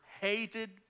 hated